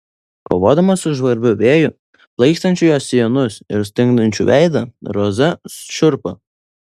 kovodama su žvarbiu vėju plaikstančiu jos sijonus ir stingdančiu veidą roza šiurpo